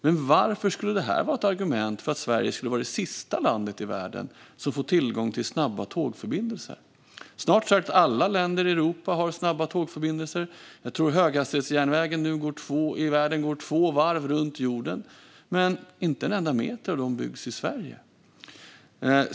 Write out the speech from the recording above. Men varför skulle det här vara ett argument för att Sverige skulle vara det sista land i världen som får tillgång till snabba tågförbindelser? Snart sagt alla länder i Europa har snabba tågförbindelser. Jag tror att höghastighetsjärnvägen i världen nu går två varv runt jorden. Men inte en enda meter av detta byggs i Sverige.